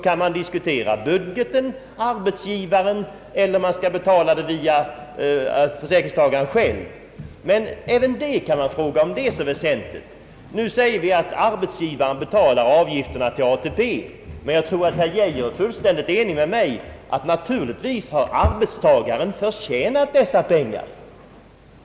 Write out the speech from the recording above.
Man kan diskutera om avgiften skall betalas över budgeten, om arbetsgivaren skall betala den eller om försäkringstagaren själv skall betala den. Är denna fråga så väsentlig? Nu säger vi att arbetsgivarna betalar avgifterna till ATP, men jag tror att herr Geijer är ense med mig om att arbetstagarna naturligtvis har förtjänat dessa pengar.